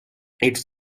its